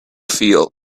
feel